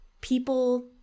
people